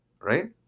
right